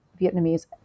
Vietnamese